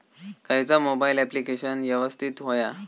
खयचा mobile application यवस्तित होया?